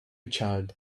child